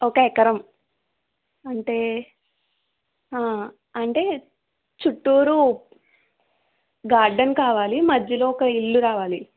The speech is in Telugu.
ఒక ఎకరం అంటే అంటే చుట్టూరు గార్డెన్ కావాలి మధ్యలో ఒక ఇల్లు రావాలి